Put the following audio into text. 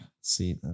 See